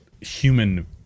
human